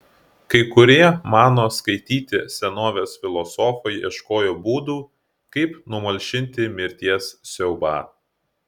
kai kurie mano skaityti senovės filosofai ieškojo būdų kaip numalšinti mirties siaubą